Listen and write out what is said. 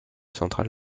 centrale